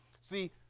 See